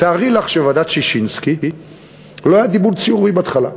תארי לך שבוועדת ששינסקי לא היה דיון ציבורי בהתחלה.